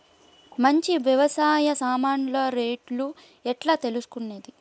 మంచి వ్యవసాయ సామాన్లు రేట్లు ఎట్లా తెలుసుకునేది?